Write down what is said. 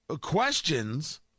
questions